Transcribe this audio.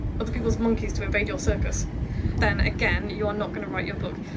other people's monkeys to invade your circus then, again, you're not gonna write your book.